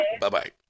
Bye-bye